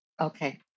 Okay